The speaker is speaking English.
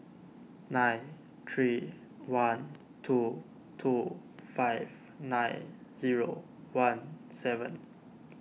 nine three one two two five nine zero one seven